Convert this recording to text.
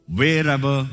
wherever